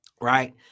right